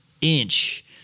inch